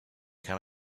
can